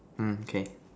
mm K